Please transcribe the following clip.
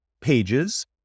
pages